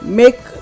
make